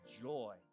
joy